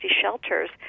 shelters